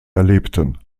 erlebten